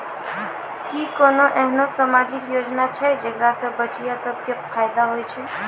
कि कोनो एहनो समाजिक योजना छै जेकरा से बचिया सभ के फायदा होय छै?